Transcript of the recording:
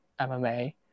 MMA